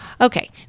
okay